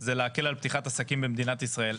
זה להקל על פתיחת עסקים במדינת ישראל.